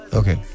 okay